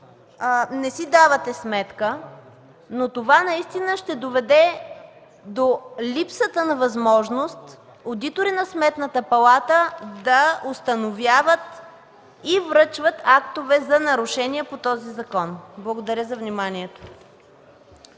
не си давате сметка, но това ще доведе до липсата на възможност одитори на Сметната палата да установяват и връчват актове за нарушения по този закон. Благодаря.